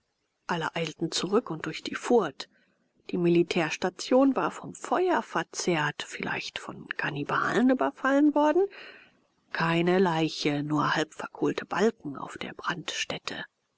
alle eilten zurück und durch die furt die militärstation war vom feuer verzehrt vielleicht von kannibalen überfallen worden keine leiche nur halbverkohlte balken auf der brandstätte